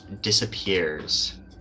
disappears